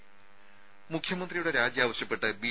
രേര മുഖ്യമന്ത്രിയുടെ രാജി ആവശ്യപ്പെട്ട് ബി